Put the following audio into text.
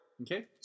Okay